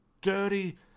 dirty